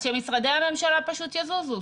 אז שמשרדי הממשלה פשוט יזוזו.